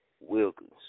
Wilkins